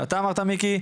ואתה אמרת מיקי,